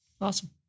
awesome